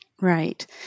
Right